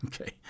Okay